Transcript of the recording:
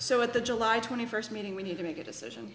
so at the july twenty first meeting we need to make a decision